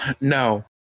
No